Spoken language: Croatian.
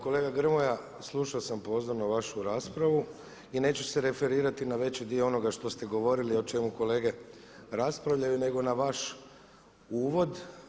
Kolega Grmoja, slušao sam pozorno vašu raspravu i neću se referirati na veći dio onoga što ste govorili o čemu kolege raspravljaju nego na vaš uvod.